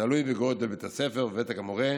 תלוי בגודל בית הספר ובוותק המורה,